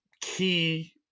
key